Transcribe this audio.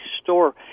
store